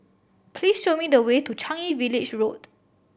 please show me the way to Changi Village Road